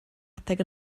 adeg